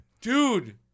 Dude